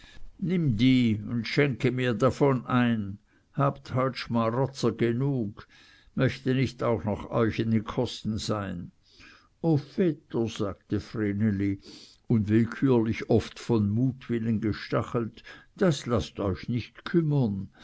nimm die und schenke mir davon ein habt heute schmarotzer genug möchte nicht auch noch euch in den kosten sein o vetter sagte vreneli unwillkürlich oft von mutwillen gestachelt das laßt euch nicht kümmern